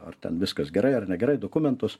ar ten viskas gerai ar negerai dokumentus